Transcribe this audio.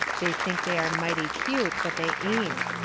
they think they are mighty cute, but they ain't.